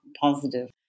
positive